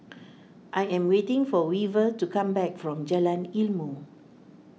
I am waiting for Weaver to come back from Jalan Ilmu